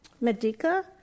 Medica